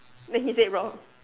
then he said roar